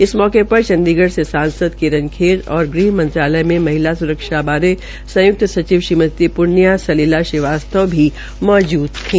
इस मौके पर चंडीगढ़ से किरण खेल तथा ग़हमंत्रालय में महिला स्रक्षा बारे संयुक्त सचिव श्रीमती प्ण्या सलिला श्रीवास्व भी मौजूद थी